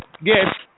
Yes